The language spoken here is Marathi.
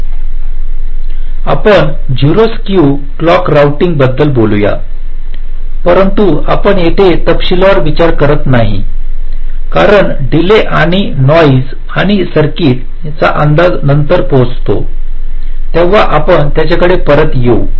आपण 0 स्क्यू क्लॉक रोऊटिंग बद्दल बोलूया परंतु आपण येथे तपशीलवार विचार करत नाही आपण डिले आणि नॉईस आणि सर्किटचा अंदाज नंतर पाहतो तेव्हा आपण त्याकडे परत येऊ